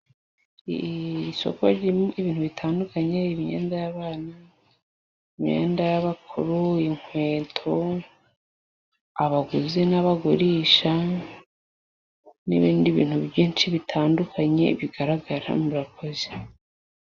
Isoko ririmo ibintu bitandukanye imyenda y'abana, imyenda y'abakuru, inkweto, abaguzi n'abagurisha n'ibindi bintu byinshi bitandukanye bigaragara murakoze.